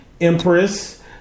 Empress